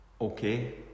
okay